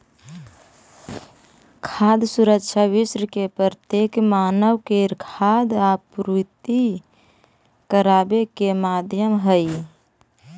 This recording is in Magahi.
खाद्य सुरक्षा विश्व के प्रत्येक मानव के खाद्य आपूर्ति कराबे के माध्यम हई